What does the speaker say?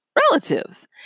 relatives